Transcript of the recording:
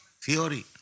theory